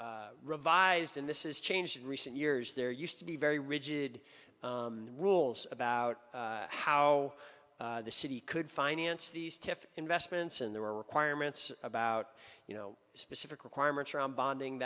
the revised and this is changed in recent years there used to be very rigid rules about how the city could finance these to investments and there are requirements about you know specific requirements around bonding